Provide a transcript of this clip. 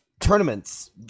Tournaments